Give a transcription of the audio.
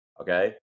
Okay